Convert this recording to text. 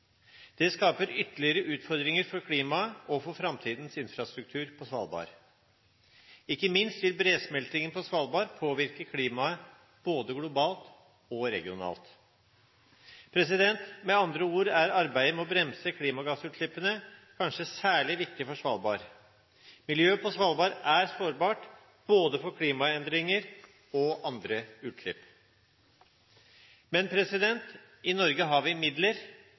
Det skaper ytterligere utfordringer for klimaet og for framtidens infrastruktur på Svalbard. Ikke minst vil bresmeltingen på Svalbard påvirke klimaet både globalt og regionalt. Med andre ord er arbeidet med å bremse klimagassutslippene kanskje særlig viktig for Svalbard. Miljøet på Svalbard er sårbart både for klimaendringer og andre utslipp. Men i Norge har vi midler,